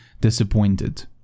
disappointed